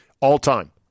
All-time